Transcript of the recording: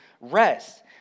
rest